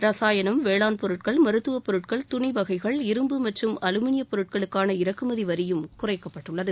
ரசாயனம் வேளாண் பொருட்கள் மருத்துவ பொருட்கள் துணி வகைகள் இரும்பு மற்றும் அலுமினயப் பொருட்களுக்கான இறக்குமதி வரியும் குறைக்கப்பட்டுள்ளது